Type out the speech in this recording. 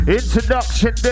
introduction